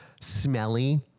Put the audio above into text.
smelly